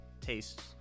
tastes